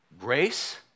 grace